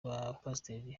bapasiteri